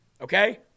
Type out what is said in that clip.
Okay